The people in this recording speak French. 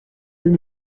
deux